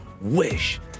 wish